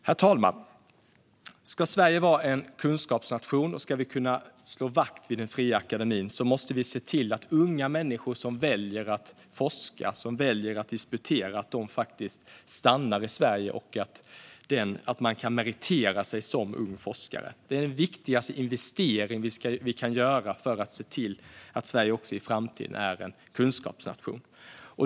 Herr talman! Ska Sverige vara en kunskapsnation och ska vi kunna slå vakt om den fria akademin måste vi se till att unga människor som väljer att forska och disputera stannar i Sverige och att man kan meritera sig som ung forskare. Det är den viktigaste investering vi kan göra för att se till att Sverige också i framtiden är en kunskapsnation.